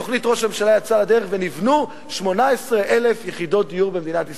תוכנית ראש הממשלה יצאה לדרך ונבנו 18,000 יחידות דיור במדינת ישראל.